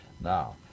Now